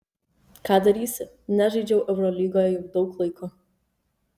ką darysi nežaidžiau eurolygoje jau daug laiko